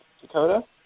Dakota